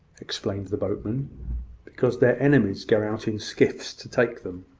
explained the boatman because their enemies go out in skiffs to take them.